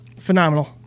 Phenomenal